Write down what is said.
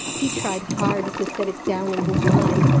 he tried hard to set it down in his mind,